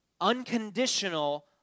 unconditional